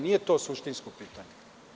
Nije to suštinsko pitanje.